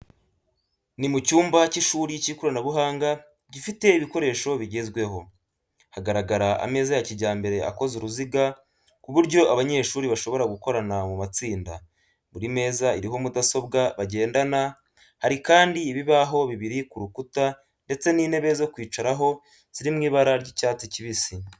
Ni mu cyumba cy’ishuri cy’ikoranabuhanga gifite ibikoresho bigezweho. Haragaragara ameza ya kijyambere akoze uruziga, ku buryo abanyeshuri bashobora gukorana mu matsinda. Buri meza iriho mudasobwa bagendana. Hari kandi ibibaho bibiri ku rukuta ndetse n'intebe zo kwicaraho ziri mu ibara ry'icyatsi kibisi.